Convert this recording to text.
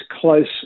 close